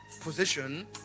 position